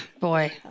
Boy